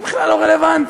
זה בכלל לא רלוונטי,